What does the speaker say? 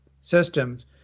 systems